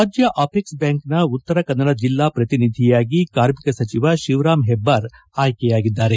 ರಾಜ್ಯ ಅಪೆಕ್ಸ್ ಬ್ಕಾಂಕ್ನ ಉತ್ತರ ಕನ್ನಡ ಜಿಲ್ಲಾ ಪ್ರತಿನಿಧಿಯಾಗಿ ಕಾರ್ಮಿಕ ಸಚಿವ ಶಿವರಾಮ್ ಹೆಬ್ಬಾರ್ ಆಯ್ಕೆಯಾಗಿದ್ದಾರೆ